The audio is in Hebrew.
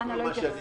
חנה לא התייחסה.